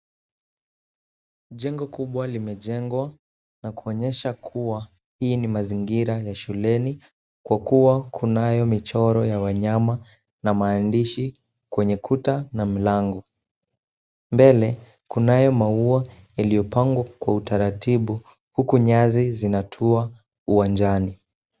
Jengo kubwa limejengwa na kuonyesha kuwa hii ni mazingira ya shuleni, kwa kuwa kunayo michoro ya wanyama na maandishi kwenye kuta na milango. Mbele kunayo maua yaliyopangwa kwa utaratibu, huku nyasi zinatua uwanjani.